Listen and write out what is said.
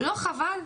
לא חבל?